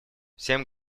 всем